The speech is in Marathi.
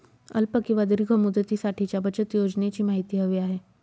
अल्प किंवा दीर्घ मुदतीसाठीच्या बचत योजनेची माहिती हवी आहे